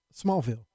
Smallville